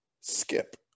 skip